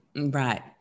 Right